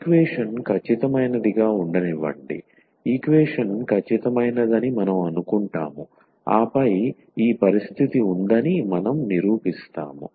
equation ఖచ్చితమైనదిగా ఉండనివ్వండి equation ఖచ్చితమైనదని మనం అనుకుంటాము ఆపై ఈ పరిస్థితి ఉందని మనం నిరూపిస్తాము